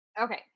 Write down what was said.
Okay